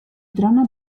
trona